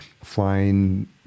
flying